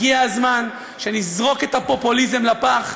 הגיע הזמן שנזרוק את הפופוליזם לפח,